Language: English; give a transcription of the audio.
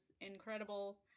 incredible